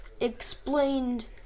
explained